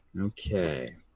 Okay